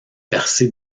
percée